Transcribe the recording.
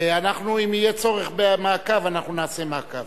ואם יהיה צורך במעקב אנחנו נעשה מעקב.